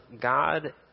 God